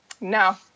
no